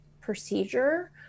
procedure